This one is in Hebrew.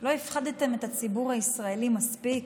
לא הפחדתם את הציבור הישראלי מספיק?